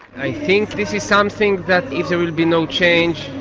i think this is something that if there will be no change,